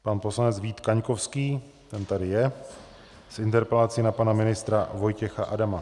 Pan poslanec Vít Kaňkovský, ten tady je, s interpelací na pana ministra Vojtěcha Adama.